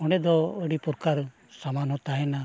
ᱚᱸᱰᱮ ᱫᱚ ᱟᱹᱰᱤ ᱯᱨᱚᱠᱟᱨ ᱥᱟᱢᱟᱱ ᱦᱚᱸ ᱛᱟᱦᱮᱱᱟ